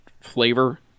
flavor